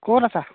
ক'ত আছা